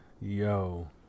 Yo